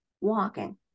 walking